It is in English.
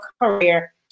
career